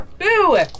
Boo